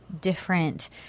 different